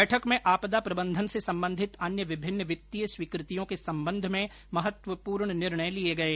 बैठक में आपदा प्रबंधन से संबंधित अन्य विभिन्न वित्तीय स्वीकृतियों के संबंध में महत्वपूर्ण निर्णय लिए गये